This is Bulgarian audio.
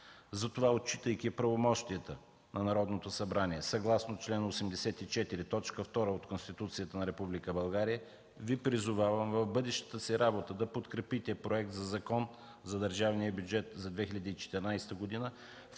Затова, отчитайки правомощията на Народното събрание, съгласно чл. 84, т. 2 от Конституцията на Република България Ви призовавам в бъдещата си работа да подкрепите проект за Закон за държавния бюджет за 2014 г.,